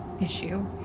issue